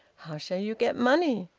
how shall you get money?